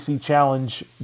Challenge